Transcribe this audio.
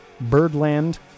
Birdland